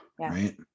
Right